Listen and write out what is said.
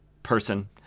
person